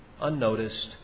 unnoticed